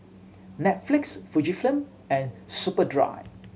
Netflix Fujifilm and Superdry